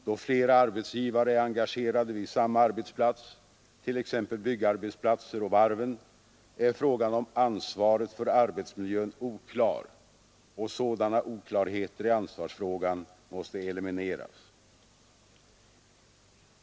Då flera arbetsgivare är engagerade vid samma arbetsplats, t.ex. byggnadsarbetsplatser och varven, är frågan om ansvaret för arbetsmiljön oklar, och sådana oklarheter i ansvarsfrågorna måste elimineras.